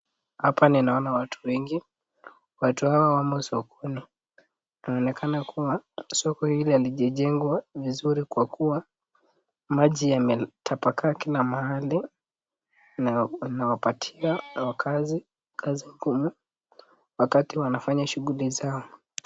Hapa ninaona watu wengi, watu hawa wamo sokoni, inaonekana kuwa soko hili halijajengwa vizuri kwa kuwa maji yametapakaa kila mahali na inawapatia wakaazi kazi ngumu wakati wanafanya shughuli zao.